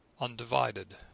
undivided